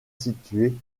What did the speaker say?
situés